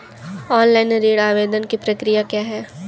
Online ऋण आवेदन की प्रक्रिया क्या है?